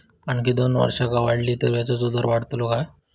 आणखी दोन वर्षा वाढली तर व्याजाचो दर वाढतलो काय?